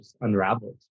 unraveled